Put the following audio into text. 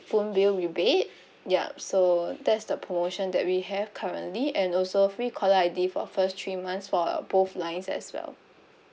phone bill rebate yup so that's the promotion that we have currently and also free caller I_D for first three months for both lines as well